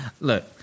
look